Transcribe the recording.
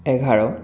এঘাৰ